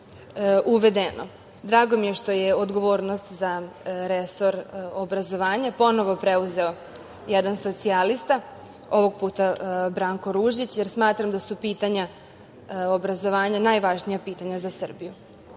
drago mi je što je odgovornost za resor obrazovanja, ponovo preuzeo jedan socijalista, ovog puta Branko Ružić, jer smatram da su pitanja obrazovanja najvažnija pitanja za Srbiju. Ponosna